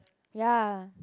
ya